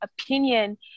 opinion